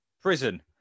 prison